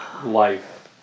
life